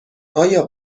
آیا